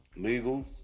legals